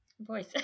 voice